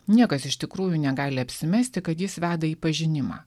niekas iš tikrųjų negali apsimesti kad jis veda į pažinimą